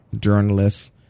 journalists